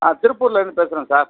ஆ திருப்பூரில் இருந்து பேசுகிறோம் சார்